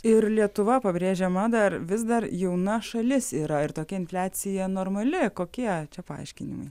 ir lietuva pabrėžia madą ar vis dar jauna šalis yra ir tokia infliacija normali kokie čia paaiškinimai